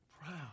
Proud